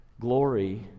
Glory